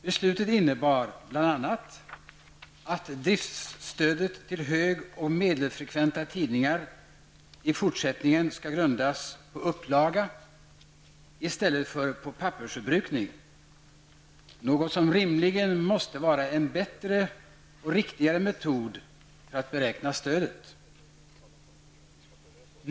Beslutet innebar bl.a. att driftstödet till hög och medelfrekventa tidningar i fortsättningen skall grundas på upplaga, i stället för på pappersförbrukning, något som rimligen måste vara en bättre och riktigare metod att beräkna stödet.